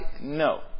no